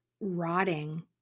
rotting